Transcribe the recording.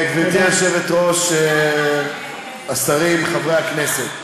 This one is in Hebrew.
גברתי היושבת-ראש, השרים, חברי הכנסת,